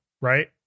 right